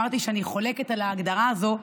אמרתי שאני חולקת על ההגדרה הזו,